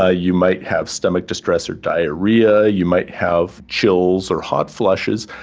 ah you might have stomach distress or diarrhoea, you might have chills or hot flushes.